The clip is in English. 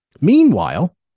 Meanwhile